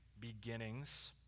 beginnings